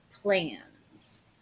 plans